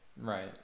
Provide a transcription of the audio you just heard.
Right